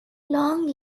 long